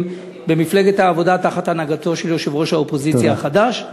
אני הייתי בטוח שיושב-ראש האופוזיציה החדש,